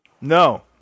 No